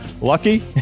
lucky